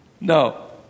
No